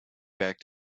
back